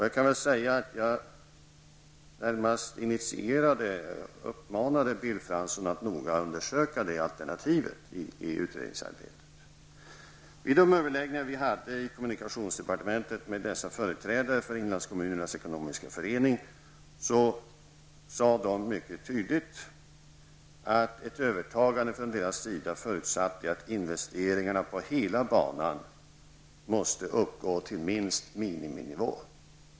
Jag hade uppmanat Bill Fransson att närmare undersöka detta alternativ i utredningsarbetet. Vid de överläggningar vi hade i kommunikationsdepartementet med dessa företrädare för Inlandskommunerna Ekonomiska Förening deklarerade de mycket klart att ett övertagande från deras sida förutsatte att investeringarna på hela banan måste uppgå till minst miniminivå.